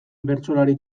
bertsolari